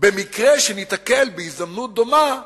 במקרה שניתקל בהזדמנות דומה,